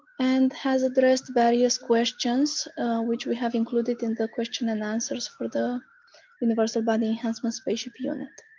and has addressed various questions which we have included in the question and answers for the universal body enhancement spaceship unit.